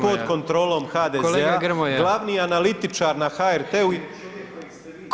pod kontrolom HDZ-a, glavni analitičar na HRT-u…